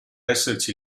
esserci